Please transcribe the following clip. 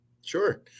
Sure